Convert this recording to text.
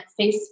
Facebook